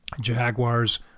Jaguars